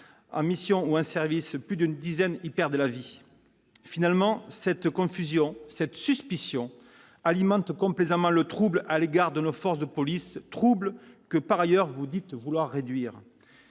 en mission ou en service, y perdent la vie. Finalement, cette confusion, cette suspicion alimente complaisamment le trouble à l'égard de nos forces de police, trouble que, par ailleurs, vous dites vouloir réduire.